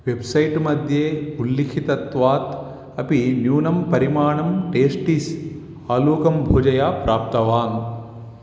website मध्ये उल्लिखितत्वात् अपि न्यूनं परिमाणं टेस्टीस् आलूकं भुजया प्राप्तवान्